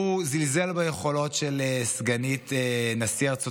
הוא זלזל ביכולות של סגנית נשיא ארצות